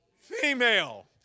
female